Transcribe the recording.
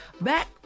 back